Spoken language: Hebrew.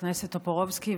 חבר הכנסת טופורובסקי,